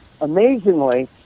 amazingly